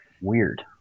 weird